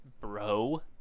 bro